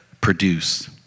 produce